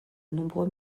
nombreux